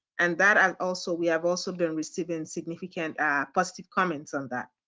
and that um also, we have also been receiving significant positive comments on that.